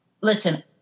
listen